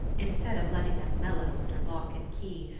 instead of letting them mellow under lock and key,